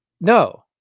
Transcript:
No